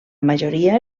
majoria